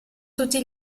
tutti